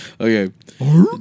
Okay